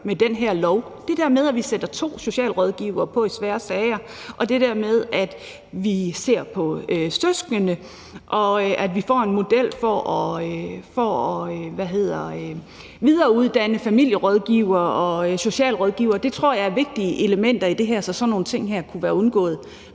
med den her lov. Det der med, at vi sætter to socialrådgivere på i svære sager, og det der med, at vi ser på søskende, og at vi får en model for at videreuddanne familierådgivere og socialrådgivere, tror jeg er vigtige elementer i det her, så sådan nogle ting her kunne have været undgået.